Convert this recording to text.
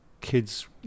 kids